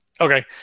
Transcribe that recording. Okay